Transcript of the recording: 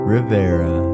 Rivera